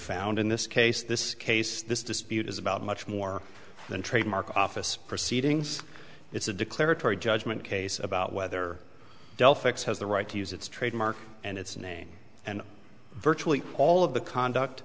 found in this case this case this dispute is about much more than trademark office proceedings it's a declaratory judgment case about whether dell fix has the right to use its trademark and its name and virtually all of the conduct